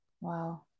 Wow